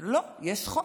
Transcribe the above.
לא, יש חוק.